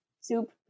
Soup